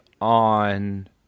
on